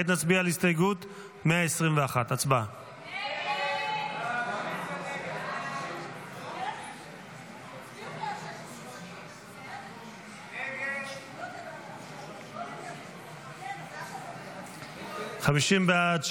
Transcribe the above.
כעת נצביע על הסתייגות 121. הצבעה.